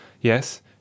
Yes